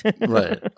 Right